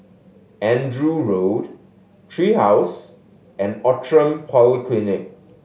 Andrew Road Tree House and Outram Polyclinic